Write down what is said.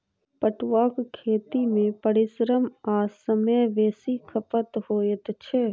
पटुआक खेती मे परिश्रम आ समय बेसी खपत होइत छै